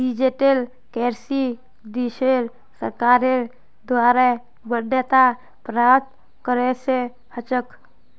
digital currency देशेर सरकारेर द्वारे मान्यता प्राप्त करेंसी ह छेक